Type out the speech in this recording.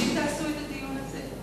עם מי תעשו את הדיון הזה?